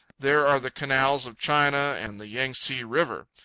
there are the canals of china, and the yang-tse river.